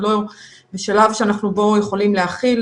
וזה שלב שאנחנו בו יכולים להכיל,